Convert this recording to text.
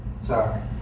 Sorry